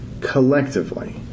collectively